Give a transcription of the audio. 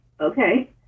Okay